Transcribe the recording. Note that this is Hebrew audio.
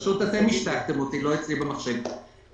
בבקשה.